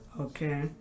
okay